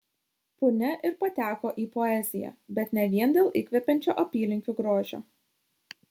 punia ir pateko į poeziją bet ne vien dėl įkvepiančio apylinkių grožio